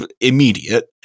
immediate